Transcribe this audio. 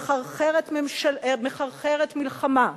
מחרחרת מלחמה,